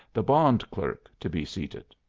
the bond clerk, to be seated.